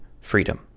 freedom